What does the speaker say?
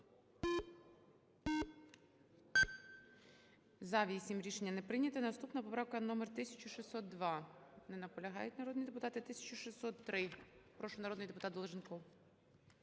За-8 Рішення не прийняте. Наступна поправка - номер 1602. Не наполягають народні депутати. 1603. Прошу, народний депутатДолженков.